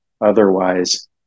Otherwise